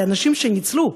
לאנשים שניצלו,